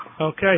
Okay